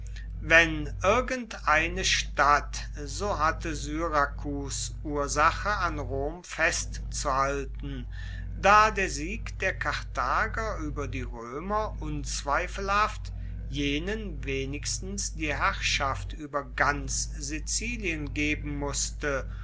wenn irgend eine stadt so hatte syrakus ursache an rom festzuhalten da der sieg der karthager ueber die roemer unzweifelhaft jenen wenigstens die herrschaft ueber ganz sizilien geben musste